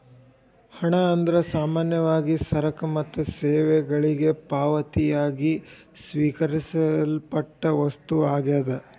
ಹಣ ಅಂದ್ರ ಸಾಮಾನ್ಯವಾಗಿ ಸರಕ ಮತ್ತ ಸೇವೆಗಳಿಗೆ ಪಾವತಿಯಾಗಿ ಸ್ವೇಕರಿಸಲ್ಪಟ್ಟ ವಸ್ತು ಆಗ್ಯಾದ